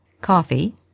Coffee